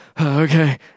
okay